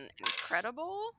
Incredible